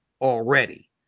already